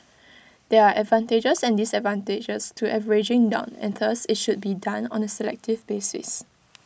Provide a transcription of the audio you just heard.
there are advantages and disadvantages to averaging down and thus IT should be done on A selective basis